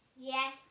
Yes